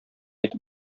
итеп